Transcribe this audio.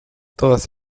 todas